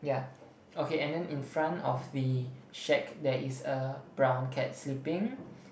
yeah okay and then in front of the shack there is a brown cat sleeping